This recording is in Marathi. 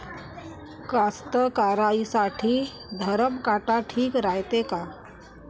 कास्तकाराइसाठी धरम काटा ठीक रायते का?